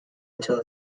until